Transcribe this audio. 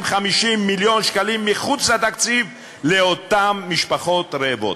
מיליון שקלים מחוץ לתקציב לאותן משפחות רעבות.